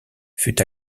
fut